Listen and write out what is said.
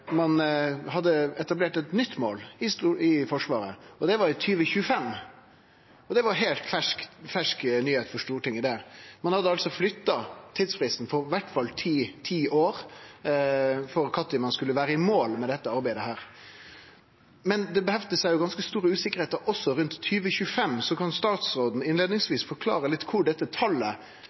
ein ikkje til hensikt å kome i mål til 2014. Ein hadde etablert eit nytt mål i Forsvaret, og det var 2025. Det var heilt ferske nyheiter for Stortinget. Ein hadde altså flytta tidsfristen med i alle fall ti år for når ein skulle vere i mål med dette arbeidet. Men det heftar jo ganske stor usikkerheit ved 2025 også. Kan statsråden forklare litt om kvar dette talet,